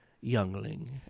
youngling